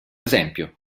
esempio